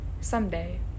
someday